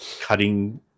cutting